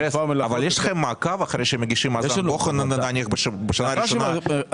יש לכם מעקב אחרי שמגישים מאזן בוחן בשנה הראשונה,